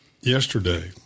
yesterday